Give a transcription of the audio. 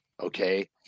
okay